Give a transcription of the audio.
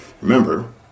Remember